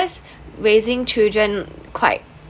cause rising children quite